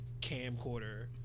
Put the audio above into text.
camcorder